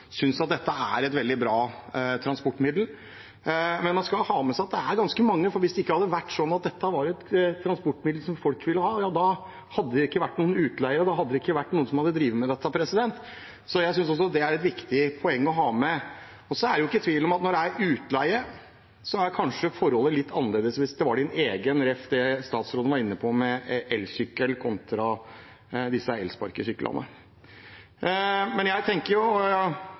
det, for hvis det ikke hadde vært slik at dette var et transportmiddel som folk ville ha, hadde det ikke vært noen utleie, og da hadde det ikke vært noen som hadde drevet med det. Så jeg synes også det er et viktig poeng å ha med. Så er det ikke tvil om at når det er utleie, er forholdene kanskje litt annerledes enn hvis det var ens eget, jf. det statsråden var inne på med elsykler kontra elsparkesykler. Jeg mener at det er viktig med kontroller. Der har man nå sett at man har satt i gang og gjennomført noen kontroller. Det tror jeg